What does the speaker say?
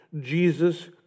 Jesus